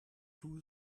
two